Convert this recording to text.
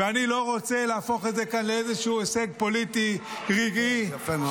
ואני לא רוצה להפוך את זה כאן לאיזשהו הישג פוליטי רגעי -- יפה מאוד.